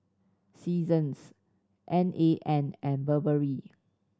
Seasons N A N and Burberry